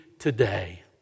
Today